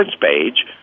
page